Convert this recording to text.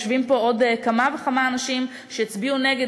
יושבים פה עוד כמה וכמה אנשים שהצביעו נגד,